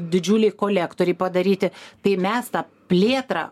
didžiuliai kolektoriai padaryti tai mes tą plėtrą